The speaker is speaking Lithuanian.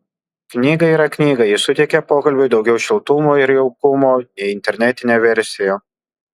knyga yra knyga ji suteikia pokalbiui daugiau šiltumo ir jaukumo nei internetinė versija